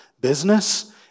business